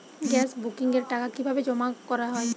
Gas বুকিংয়ের টাকা কিভাবে জমা করা হয়?